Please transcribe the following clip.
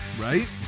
right